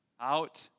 out